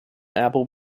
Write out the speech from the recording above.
apple